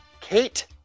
Kate